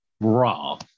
Raw